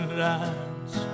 lines